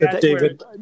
David